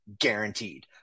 Guaranteed